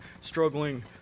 struggling